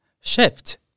shift